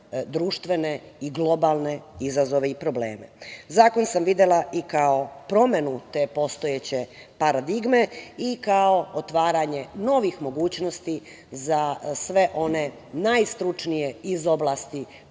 društvene i globalne izazove i probleme. Zakon sam videla i kao promenu te postojeće paradigme i kao otvaranje novih mogućnosti za sve one najstručnije iz oblasti